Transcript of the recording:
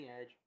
edge